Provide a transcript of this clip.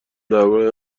درباره